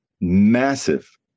massive